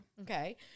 okay